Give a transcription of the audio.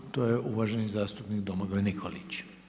To je uvaženi zastupnik Domagoj Mikulić.